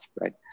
right